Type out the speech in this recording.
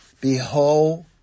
Behold